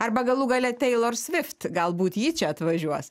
arba galų gale teilor swift galbūt ji čia atvažiuos